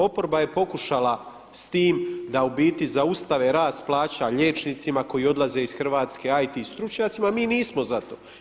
Oporba je pokušala s tim da u biti zaustave rast plaća liječnicima koji odlaze iz Hrvatske, IT stručnjacima, mi nismo za to.